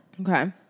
Okay